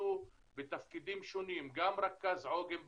שנכנסו בתפקידים שונים, גם רכז עוגן בקהילה,